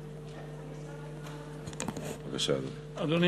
בבקשה, אדוני.